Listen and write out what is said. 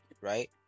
right